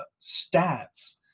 stats